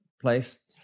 place